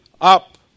up